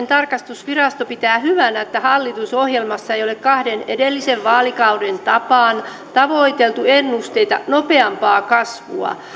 tarkastusvirasto pitää hyvänä että hallitusohjelmassa ei ole kahden edellisen vaalikauden tapaan tavoiteltu ennusteita nopeampaa kasvua